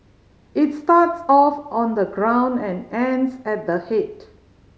its starts off on the ground and ends at the head